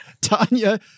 Tanya